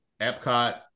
Epcot